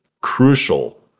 crucial